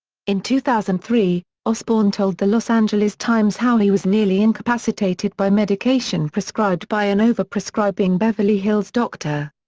in two thousand and three, osbourne told the los angeles times how he was nearly incapacitated by medication prescribed by an over-prescribing beverly hills doctor.